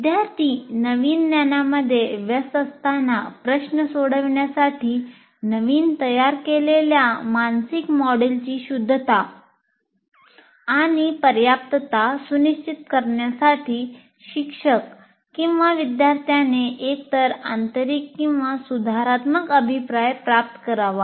विद्यार्थी नवीन ज्ञानामध्ये व्यस्त असतांना प्रश्न सोडविण्यासाठी नवीन तयार केलेल्या मानसिक मॉडेलची शुद्धता आणि पर्याप्तता सुनिश्चित करण्यासाठी शिक्षक किंवा विद्यार्थ्याने एकतर आंतरिक किंवा सुधारात्मक अभिप्राय प्राप्त करावा